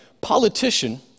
politician